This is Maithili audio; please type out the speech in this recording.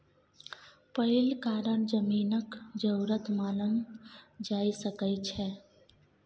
पहिल कारण जमीनक जरूरत मानल जा सकइ छै